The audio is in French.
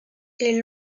est